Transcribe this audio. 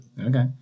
Okay